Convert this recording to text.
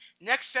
next